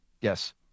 Yes